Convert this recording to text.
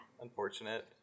Unfortunate